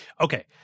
Okay